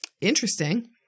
interesting